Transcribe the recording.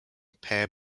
pair